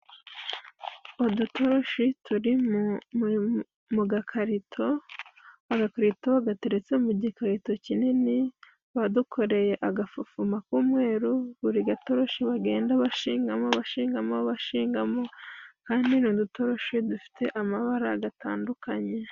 Udutoroshi turi mu gakarito, agakarito agateretse mu igikarito kinini badukoreye agafufuma k'umweru, burigatoroshi bagenda bashingamo, bashingamo, bashigamo kandi ni udutoroshi dufite amabara adatandukanye.